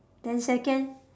ten second